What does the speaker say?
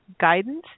guidance